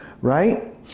right